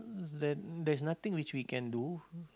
there there's nothing which we can do